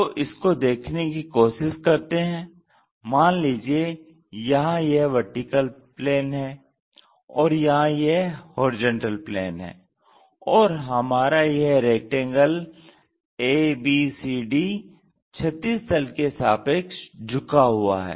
तो इसको देखने की कोशिश करते हैं मान लीजिये यहां यह VP है और यहां यह HP है और हमारा यह रेक्टेंगल ABCD क्षैतिज तल के सापेक्ष झुका हुआ है